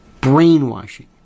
brainwashing